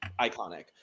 Iconic